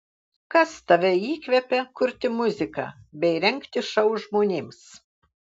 kas tave įkvepia kurti muziką bei rengti šou žmonėms